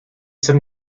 some